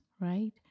right